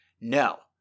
No